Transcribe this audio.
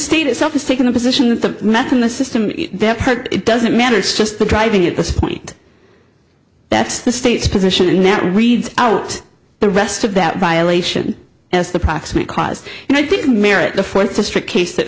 state itself is taking the position that the meth in the system is that it doesn't matter it's just the driving at this point that's the state's position and now reads out the rest of that violation as the proximate cause and i think merit the fourth district case